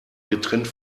getrennt